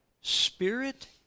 spirit